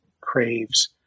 craves